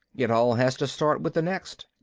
it all has to start with the next?